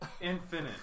infinite